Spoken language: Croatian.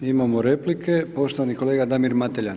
Imamo replike, poštovani kolega Damir Mateljan.